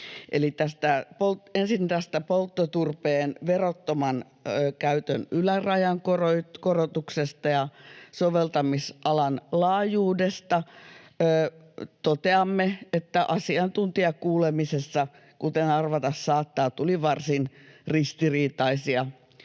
Ensin tästä polttoturpeen verottoman käytön ylärajan korotuksesta ja soveltamisalan laajuudesta toteamme, että asiantuntijakuulemisessa, kuten arvata saattaa, tuli varsin ristiriitaisia